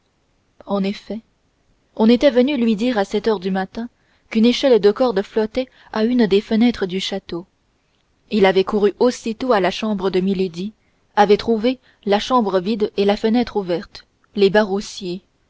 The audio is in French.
en effet on était venu lui dire à sept heures du matin qu'une échelle de corde flottait à une des fenêtres du château il avait couru aussitôt à la chambre de milady avait trouvé la chambre vide et la fenêtre ouverte les